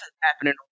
happening